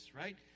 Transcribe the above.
right